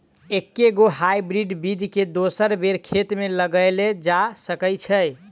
एके गो हाइब्रिड बीज केँ दोसर बेर खेत मे लगैल जा सकय छै?